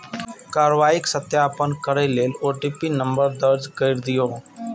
कार्रवाईक सत्यापन करै लेल ओ.टी.पी नंबर दर्ज कैर दियौ